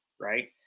right